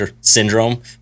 syndrome